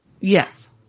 Yes